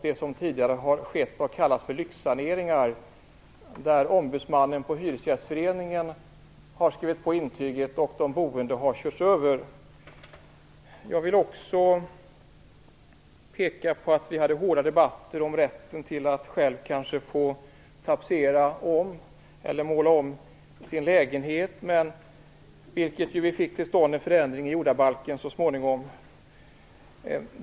Där har tidigare skett vad man har kallat för lyxsaneringar, där ombudsmannen från hyresgästföreningen har skrivit på intyget och de boende har körts över. Jag vill också visa på att vi hade hårda debatter om rätten att själv få tapetsera om eller måla om sin lägenhet. Så småningom fick vi till stånd en förändring i jordabalken på den punkten.